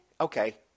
Okay